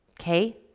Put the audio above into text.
Okay